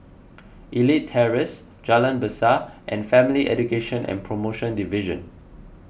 Elite Terrace Jalan Besar and Family Education and Promotion Division